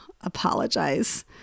apologize